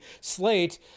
slate